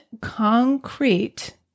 concrete